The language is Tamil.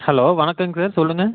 ஹலோ வணக்கங்க சார் சொல்லுங்க